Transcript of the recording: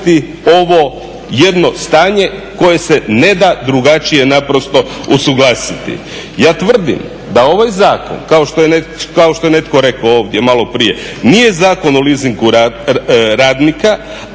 ovo jedno stanje koje se ne da drugačije naprosto usuglasiti. Ja tvrdim da ovaj zakon, kao što je netko rekao ovdje maloprije, nije zakon o leasingu radnika,